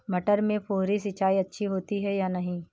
मटर में फुहरी सिंचाई अच्छी होती है या नहीं?